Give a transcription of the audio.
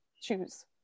choose